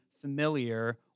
familiar